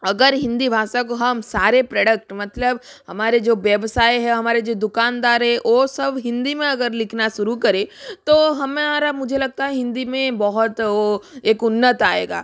अगर हिन्दी भाषा को हम सारे प्रडक्ट मतलब हमारे जो व्यवसाय हैं हमारे जो दुकानदार हैं वो सब हिन्दी में अगर लिखना शुरू करें तो हमारा मुझे लगता है हिन्दी में एक बहुत वो एक उन्नति आएगा